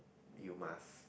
you must